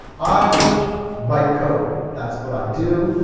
i write code. that's what i do.